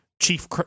Chief